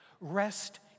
Rest